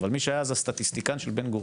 אבל מי שהיה אז הסטטיסטיקן של בן-גוריון,